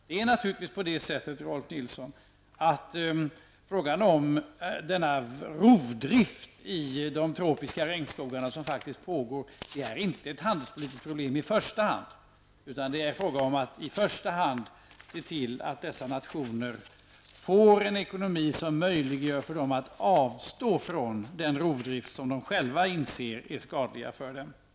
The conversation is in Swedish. Det är naturligtvis på det viset, Rolf Nilsson, att den rovdrift som faktiskt pågår i de tropiska regnskogarna i första hand inte är ett handelspolitiskt problem. I stället är det främst fråga om att se till att berörda nationer får en ekonomi som gör det möjligt för dem att avstå från den rovdrift som alltså pågår och vars skadliga effekter man är medveten om.